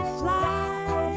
fly